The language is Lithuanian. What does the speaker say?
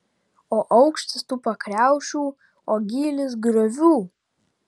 o aukštis tų pakriaušių o gylis griovų